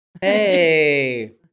Hey